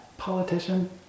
politician